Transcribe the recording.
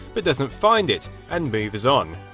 but doesn't find it, and moves on.